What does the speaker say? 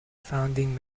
founding